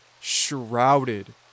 shrouded